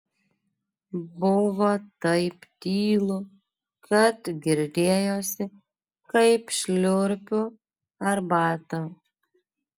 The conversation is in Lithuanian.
buvo taip tylu kad girdėjosi kaip šliurpiu arbatą